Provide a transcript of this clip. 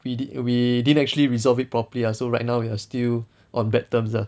we didn't we didn't actually resolve it properly ah so right now we are still on bad terms ah